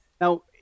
now